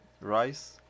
rice